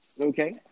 Okay